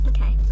Okay